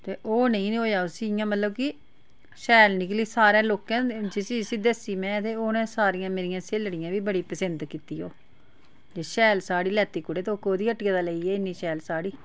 ते ओह् नी होएआ उसी इ'यां मतलब कि शैल निकली सारें लोकें जिसी जिसी दस्सी में तो ओह् उ'नें सारियें मेरी स्हेलड़ियें बी बड़ी पसंद कीती ओह् ते शैल साड़ी लैती तूं कुड़े कोह्दी ह्ट्टिया दा लेई ऐ एह् इ'न्नी शैल साढ़ी